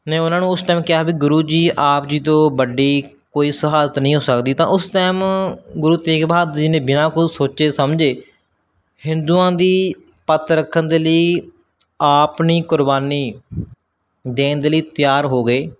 ਨੇ ਉਹਨਾਂ ਨੂੰ ਉਸ ਟਾਈਮ ਕਿਹਾ ਵੀ ਗੁਰੂ ਜੀ ਆਪ ਜੀ ਤੋਂ ਵੱਡੀ ਕੋਈ ਸਹੂਲਤ ਨਹੀਂ ਹੋ ਸਕਦੀ ਤਾਂ ਉਸ ਟਾਈਮ ਗੁਰੂ ਤੇਗ ਬਹਾਦਰ ਜੀ ਨੇ ਬਿਨਾਂ ਕੁਝ ਸੋਚੇ ਸਮਝੇ ਹਿੰਦੂਆਂ ਦੀ ਪੱਤ ਰੱਖਣ ਦੇ ਲਈ ਆਪਣੀ ਕੁਰਬਾਨੀ ਦੇਣ ਦੇ ਲਈ ਤਿਆਰ ਹੋ ਗਏ